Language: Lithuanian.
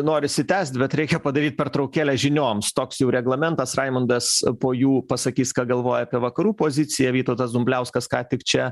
norisi tęst bet reikia padaryt pertraukėlę žinioms toks jau reglamentas raimundas po jų pasakys ką galvoja apie vakarų poziciją vytautas dumbliauskas ką tik čia